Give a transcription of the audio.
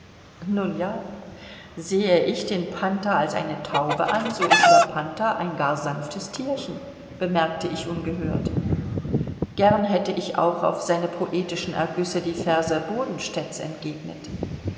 nun ja sehe ich den panther als eine taube an so ist der panther ein gar sanftes tierchen bemerkte ich ungehört gern hätte ich auch auf seine poetischen ergüsse die verse bodenstedts entgegnet